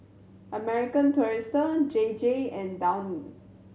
American Tourister J J and Downy